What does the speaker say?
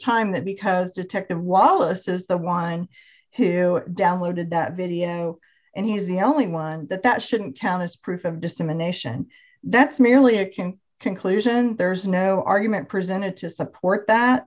time that because detective wallace is the won who downloaded that video and he's the only one that that shouldn't count as proof of dissemination that's merely a can conclusion there's no argument presented to support that